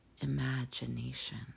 imagination